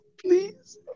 Please